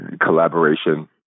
collaboration